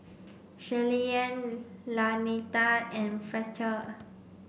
Shirleyann Lanita and Fletcher